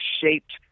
shaped